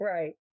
Right